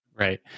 Right